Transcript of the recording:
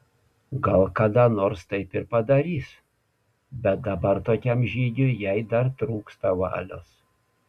gal kada nors taip ir padarys bet dabar tokiam žygiui jai dar trūksta valios